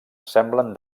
semblen